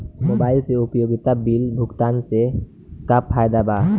Mobile से उपयोगिता bill भुगतान से का फायदा बा?